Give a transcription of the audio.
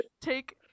take